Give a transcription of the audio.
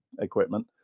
equipment